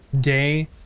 day